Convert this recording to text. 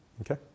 Okay